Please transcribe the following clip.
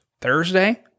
Thursday